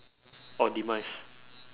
or demise